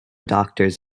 doctors